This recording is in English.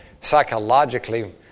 psychologically